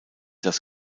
das